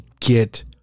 get